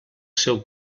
seu